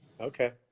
Okay